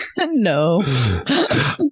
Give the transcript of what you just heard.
No